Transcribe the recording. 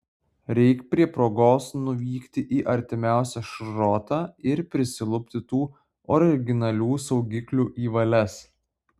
reik prie progos nuvykti į artimiausią šrotą ir prisilupti tų originalių saugiklių į valias